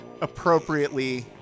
appropriately